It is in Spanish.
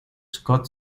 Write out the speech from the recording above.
scott